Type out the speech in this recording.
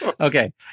Okay